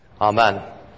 Amen